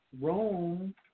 Rome